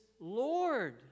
Lord